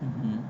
mmhmm